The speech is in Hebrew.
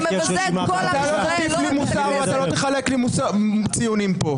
אתה לא תטיף לי מוסר ולא תחלק לי ציונים פה.